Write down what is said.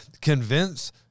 convince